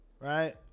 Right